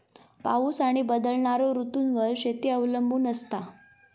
पाऊस आणि बदलणारो ऋतूंवर शेती अवलंबून असता